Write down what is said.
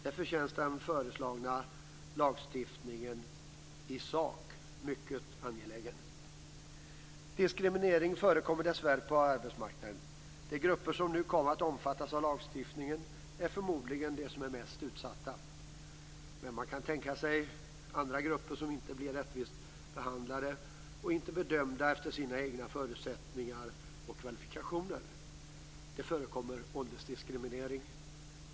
Därför känns den föreslagna lagstiftningen i sak mycket angelägen. Diskriminering förekommer dessvärre på arbetsmarknaden. De grupper som nu kommer att omfattas av lagstiftningen är förmodligen de som är mest utsatta. Men man kan tänka sig andra grupper som inte blir rättvist behandlade och inte bedömda efter sina egna förutsättningar och kvalifikationer. Det förekommer åldersdiskriminering.